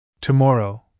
Tomorrow